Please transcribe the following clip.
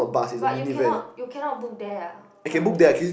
but you cannot you cannot book there ah can only